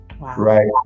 right